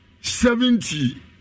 seventy